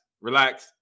Relax